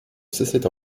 cessait